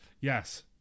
Yes